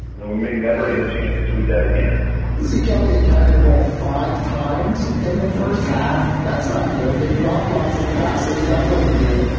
i mean, we may never get a chance to tweet that again zeke elliott, carry the ball five times in the first half. that's not good. they dropped lots of passes. that wasn't good.